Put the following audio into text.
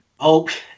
Okay